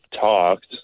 talked